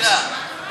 בבקשה,